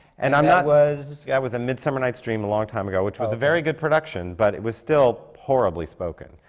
and um that was? yeah, it was a midsummer night's dream a long time ago. oh. which was a very good production, but it was still horribly spoken.